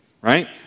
right